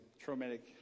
traumatic